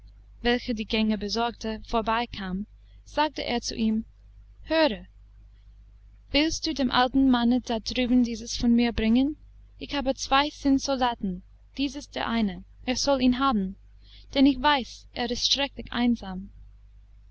welcher die gänge besorgte vorbeikam sagte er zu ihm höre willst du dem alten manne da drüben dieses von mir bringen ich habe zwei zinnsoldaten dies ist der eine er soll ihn haben denn ich weiß er ist schrecklich einsam